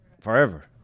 forever